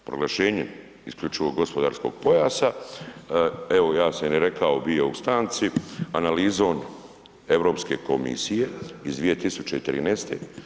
Proglašenje isključivog gospodarskog pojasa, evo ja sam i rekao bio u stanci, analizom Europske komisije iz 2013.